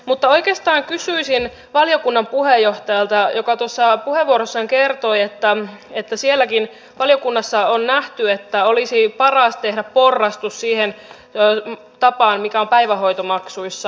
mutta oikeastaan kysyisin valiokunnan puheenjohtajalta joka tuossa puheenvuorossaan kertoi että siellä valiokunnassakin on nähty että olisi paras tehdä porrastus siihen tapaan mikä on päivähoitomaksuissa